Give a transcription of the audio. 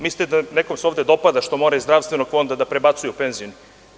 Mislite da se nekome ovde dopada što mora iz zdravstvenog fonda da prebacuje u penzioni?